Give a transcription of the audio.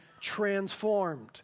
transformed